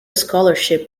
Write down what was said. scholarship